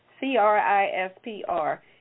C-R-I-S-P-R